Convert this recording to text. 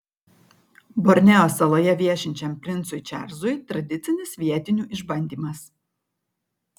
borneo saloje viešinčiam princui čarlzui tradicinis vietinių išbandymas